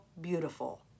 beautiful